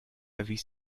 erwies